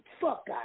fuck